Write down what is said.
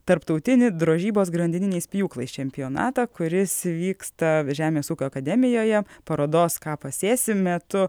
tarptautinį drožybos grandininiais pjūklais čempionatą kuris vyksta žemės ūkio akademijoje parodos ką pasėsi metu